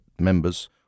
members